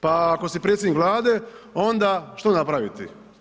Pa ako si predsjednik Vlade, onda što napraviti?